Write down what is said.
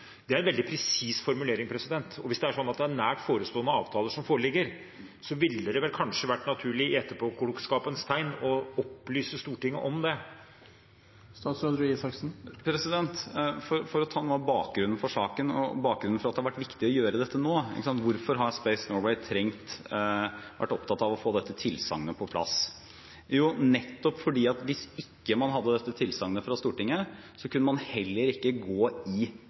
Det er en veldig presis formulering, og hvis det er slik at nært forestående avtaler foreligger, ville det kanskje vært naturlig, i etterpåklokskapens lys, å opplyse Stortinget om det. For å ta noe av bakgrunnen for saken og bakgrunnen for at det har vært viktig å gjøre dette nå – hvorfor Space Norway har vært opptatt av å få dette tilsagnet på plass: Jo, nettopp på grunn av at hvis man ikke hadde dette tilsagnet fra Stortinget, kunne man heller ikke gå i